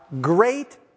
great